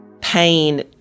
Pain